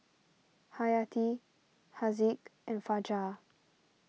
Hayati Haziq and Fajar